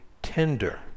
tender